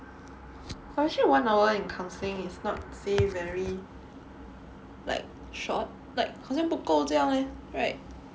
but actually one hour in counselling is not say very like short like 好像不够这样 leh right